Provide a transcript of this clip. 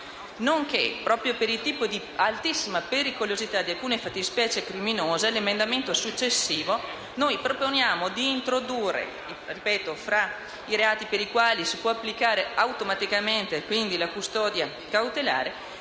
Inoltre, proprio per il tipo di altissima pericolosità di alcune fattispecie criminose, con l'emendamento successivo 4.101 noi proponiamo d'introdurre tra i reati per i quali si può applicare automaticamente la custodia cautelare